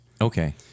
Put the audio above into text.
Okay